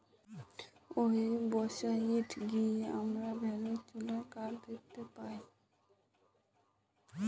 website গিয়ে আমরা virtual card দেখতে পাই